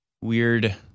weird